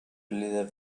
little